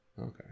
okay